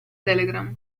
telegram